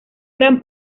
gran